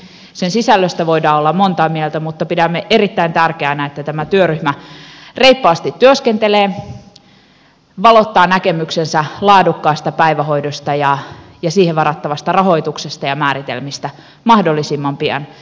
sen sisällöstä voidaan olla montaa mieltä mutta pidämme erittäin tärkeänä että tämä työryhmä reippaasti työskentelee valottaa näkemystään laadukkaasta päivähoidosta ja siihen varattavasta rahoituksesta ja määritelmistä mahdollisimman pian